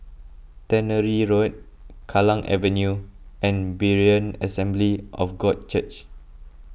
Tannery Road Kallang Avenue and Berean Assembly of God Church